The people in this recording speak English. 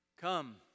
Come